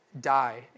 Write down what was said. die